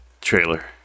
trailer